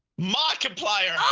markiplier